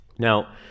Now